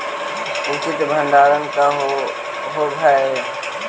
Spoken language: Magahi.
उचित भंडारण का होव हइ?